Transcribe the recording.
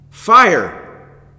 Fire